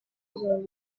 bisogni